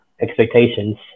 expectations